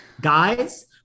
guys